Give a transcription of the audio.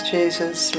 Jesus